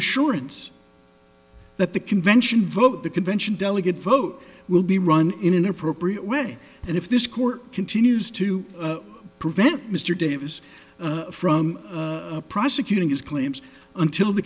assurance that the convention vote the convention delegates vote will be run in an appropriate way and if this court continues to prevent mr davis from prosecuting his claims until the